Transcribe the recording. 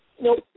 Nope